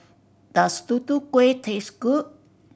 does Tutu Kueh taste good